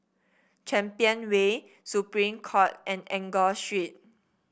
Champion Way Supreme Court and Enggor Street